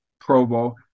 Provo